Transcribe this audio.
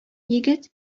егет